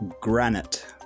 granite